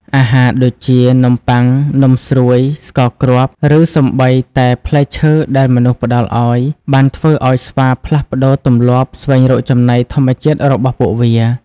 អាហារដូចជា នំប៉័ង នំស្រួយ ស្ករគ្រាប់ ឬសូម្បីតែផ្លែឈើដែលមនុស្សផ្តល់ឱ្យ បានធ្វើឱ្យស្វាផ្លាស់ប្តូរទម្លាប់ស្វែងរកចំណីធម្មជាតិរបស់ពួកវា។